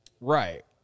Right